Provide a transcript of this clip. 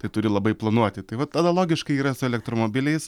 tai turi labai planuoti tai vat analogiškai yra su elektromobiliais